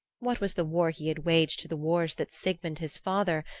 what was the war he had waged to the wars that sigmund his father,